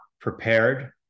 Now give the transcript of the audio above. prepared